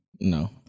No